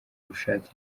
ubushake